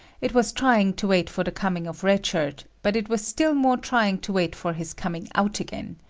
it was trying to wait for the coming of red shirt, but it was still more trying to wait for his coming out again.